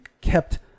kept